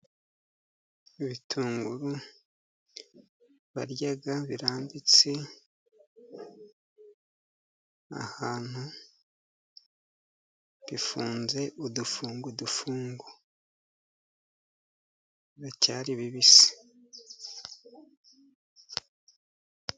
Ibitunguru barya birambitse ahantu. Bifunze udufungo udufungo. Biracyari bibisi.